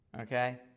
Okay